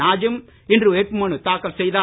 நாஜிம் இன்று வேட்புமனு தாக்கல் செய்தார்